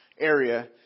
area